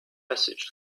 passage